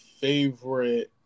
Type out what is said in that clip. favorite